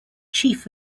chief